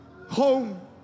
home